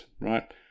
right